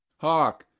hark,